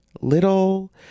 little